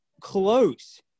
close